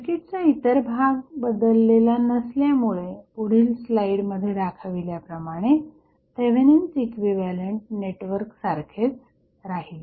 सर्किटचा इतर भाग बदललेला नसल्यामुळे पुढील स्लाइड मध्ये दाखवल्याप्रमाणे थेवेनिन्स इक्विव्हॅलंट नेटवर्क सारखेच राहील